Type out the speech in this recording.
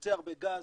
יוצא הרבה גז,